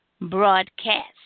Broadcast